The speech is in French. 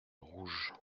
rouge